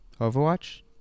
Overwatch